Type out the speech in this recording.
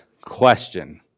question